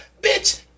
Bitch